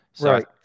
Right